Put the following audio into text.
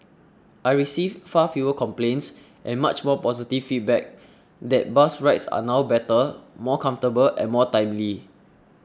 I receive far fewer complaints and much more positive feedback that bus rides are now better more comfortable and more timely